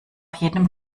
jedem